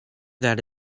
that